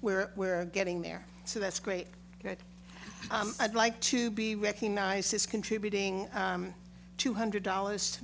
where we're getting there so that's great i'd like to be recognized as contributing two hundred dollars to